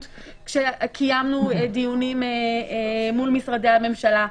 כשקיימנו דיונים מול משרדי הממשלה.